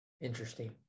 interesting